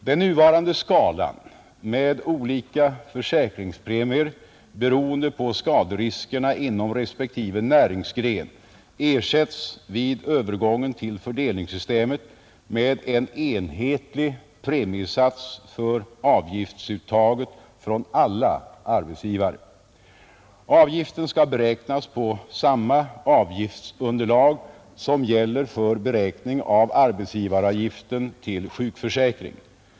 Den nuvarande skalan med olika försäkringspremier beroende på skaderiskerna inom respektive näringsgren ersätts vid övergången till fördelningssystemet med en enhetlig premiesats för avgiftsuttaget från alla arbetsgivare. Avgiften skall beräknas på samma avgiftsunderlag som gäller för beräkning av arbetsgivaravgiften till sjukförsäkringen.